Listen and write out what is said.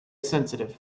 sensitive